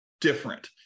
different